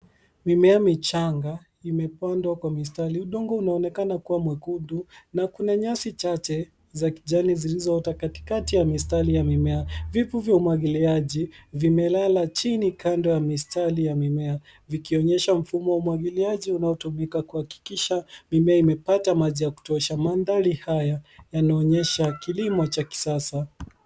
Mimea michanga imepandwa kwa mistari. Udongo unaonekana kuwa mwekundu na kuna nyasi chache za kijani zilizoota katikati ya mistari ya mimea. Vitu ya umwagiliaji vimelala chini kando ya mistari ya mimea vikionyesha mfumo wa umwagiliaji unaotumika kuhakikisha mimea imepata maji ya kutosha. Mandhari haya yanaonyesha kilimo cha kisasa.